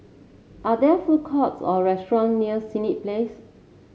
are there food courts or restaurant near Senett Place